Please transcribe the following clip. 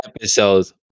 episodes